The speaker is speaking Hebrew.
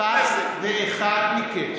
אני מבקש מכל אחת ואחד מכם